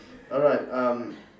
alright um